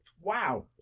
Wow